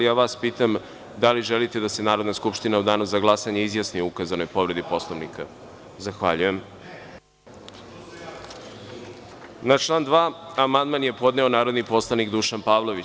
Vas pitam, da li želite da se Narodna skupština u danu za glasanje izjasni o ukazanoj povredi Poslovnika? (Marinika Tepić: Ne.) Na član 2. amandman je podneo narodni poslanik Dušan Pavlović.